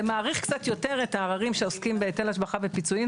זה מאריך קצת יותר את העררים שעוסקים בהיטל השבחה ופיצויים,